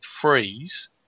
freeze